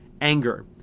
Anger